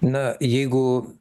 na jeigu